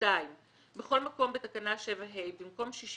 בכל מקום בתקנה 7(ה), במקום 83